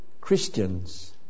Christians